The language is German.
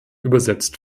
übersetzt